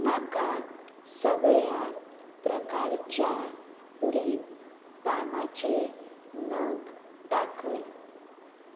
म्हाका सगळ्या प्रकारच्या लिप बामाचे नग दाखय